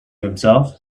himself